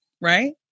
Right